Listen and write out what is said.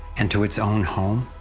and to its own home?